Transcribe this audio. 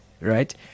right